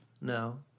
No